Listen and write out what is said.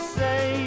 say